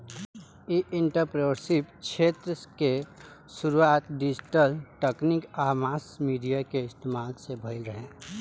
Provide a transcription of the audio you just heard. इ एंटरप्रेन्योरशिप क्षेत्र के शुरुआत डिजिटल तकनीक आ मास मीडिया के इस्तमाल से भईल रहे